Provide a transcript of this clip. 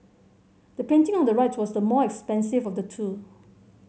the painting on the right was the more expensive of the two